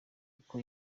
kuko